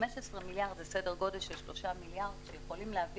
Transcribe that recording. זה סדר גודל של 3 מיליארד שיכולים להביא